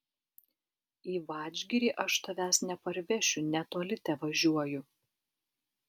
į vadžgirį aš tavęs neparvešiu netoli tevažiuoju